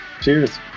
cheers